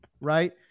right